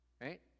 right